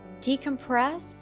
decompress